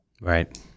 Right